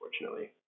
unfortunately